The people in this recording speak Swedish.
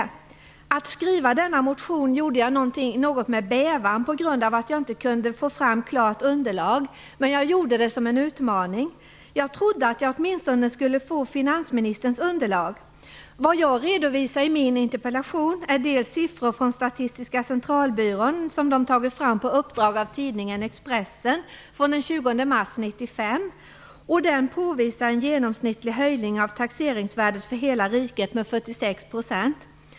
Jag skrev denna motion med något av bävan på grund av att jag inte kunde få fram ett klart underlag, men jag gjorde det som en utmaning. Jag trodde att jag åtminstone skulle få finansministerns underlag. Vad jag redovisar i min interpellation är siffror från den 20 mars 1995 som Statistiska centralbyrån tagit fram på uppdrag av tidningen Expressen. De påvisar en genomsnittlig höjning av taxeringsvärdena för hela riket med 46 %.